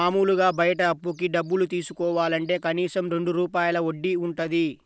మాములుగా బయట అప్పుకి డబ్బులు తీసుకోవాలంటే కనీసం రెండు రూపాయల వడ్డీ వుంటది